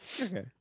Okay